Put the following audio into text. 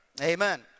Amen